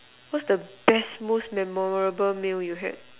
what's the best more memorable meal you had